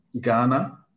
Ghana